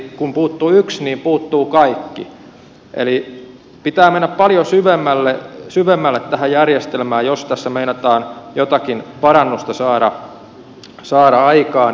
kun puuttuu yksi niin puuttuu kaikki eli pitää mennä paljon syvemmälle tähän järjestelmään jos tässä meinataan jotakin parannusta saada aikaan